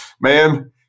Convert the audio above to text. Man